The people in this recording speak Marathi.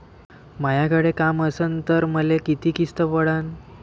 मायाकडे काम असन तर मले किती किस्त पडन?